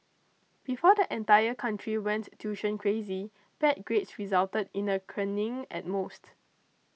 before the entire country went tuition crazy bad grades resulted in a caning at most